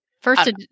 First